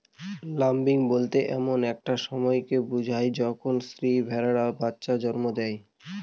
lambing বলতে এমন একটা সময়কে বুঝি যখন স্ত্রী ভেড়ারা বাচ্চা জন্ম দেয়